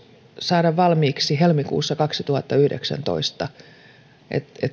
saada valmiiksi helmikuussa kaksituhattayhdeksäntoista niin että